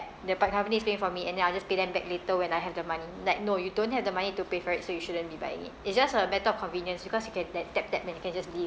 the pa~ company is paying for me and then I'll just pay them back later when I have the money like no you don't have the money to pay for it so you shouldn't be buying it it's just a matter of convenience because you can like tap tap then you can just leave